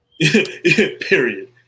period